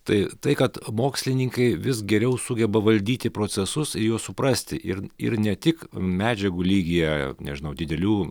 tai tai kad mokslininkai vis geriau sugeba valdyti procesus juos suprasti ir ir ne tik medžiagų lygyje nežinau didelių